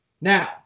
Now